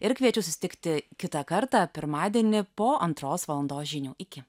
ir kviečiu susitikti kitą kartą pirmadienį po antros valandos žinių iki